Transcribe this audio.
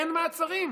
אין מעצרים,